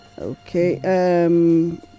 Okay